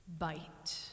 bite